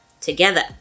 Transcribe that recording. Together